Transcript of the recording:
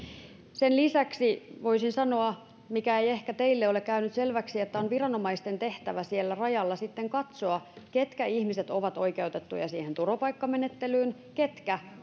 sen lisäksi voisin sanoa mikä ei ehkä teille ole käynyt selväksi että on viranomaisten tehtävä siellä rajalla sitten katsoa ketkä ihmiset ovat oikeutettuja siihen turvapaikkamenettelyyn ketkä